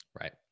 Right